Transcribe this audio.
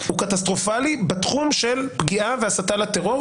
הוא קטסטרופלי בתחום של פגיעה והסתה לטרור.